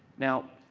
now,